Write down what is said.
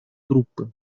группы